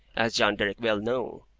as john derrick well knew.